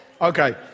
Okay